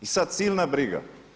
I sada silna briga.